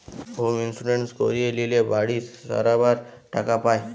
home insurance করিয়ে লিলে বাড়ি সারাবার টাকা পায়